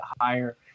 higher